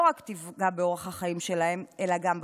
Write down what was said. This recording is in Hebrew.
רק תפגע באורח החיים שלהם אלא גם בכיס.